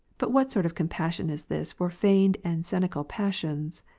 but what sort of compassion is this for feignedand scenical passions?